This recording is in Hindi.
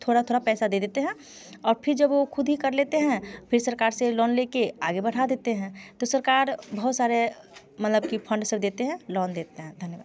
थोड़ा थोड़ा पैसा दे देते हैं और फिर जब वो खुद ही कर लेते हैं फिर सरकार से लौन ले के आगे बढ़ा देते हैं तो सरकार बहुत सारे मतलब की फंड से देते हैं लौन देते हैं धन्यवाद